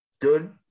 good